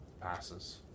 passes